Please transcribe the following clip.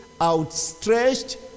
outstretched